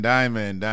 Diamond